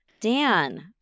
Dan